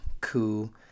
cool